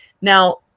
Now